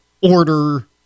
order